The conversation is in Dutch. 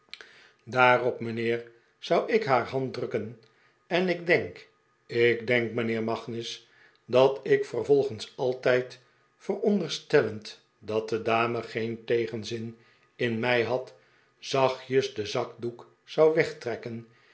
daarop mijnheer zou ik haar hand drukken en ik denk ik denk mijnheer magnus dat ik vervolgens altijd veronderstellend dat de dame geen tegenzin in mij had zachtjes den zakdoek zou wegtrekken